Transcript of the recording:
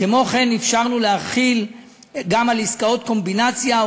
כמו כן אפשרנו להחיל גם על עסקאות קומבינציה.